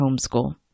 homeschool